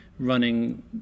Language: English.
running